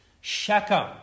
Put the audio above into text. Shechem